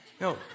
no